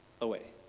away